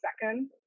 second